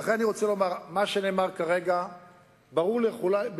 לכן אני רוצה לומר מה שנאמר כרגע ברור לכולם.